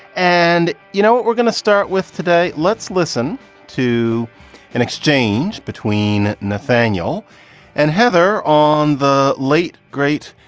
and you know what we're going to start with today. let's listen to an exchange between nathaniel and heather on the late, great,